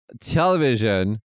television